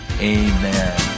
amen